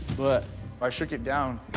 but i shook it down,